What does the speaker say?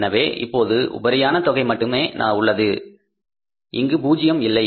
எனவே இப்போது உபரியான தொகை மட்டுமே உள்ளது இங்கு 0 இல்லை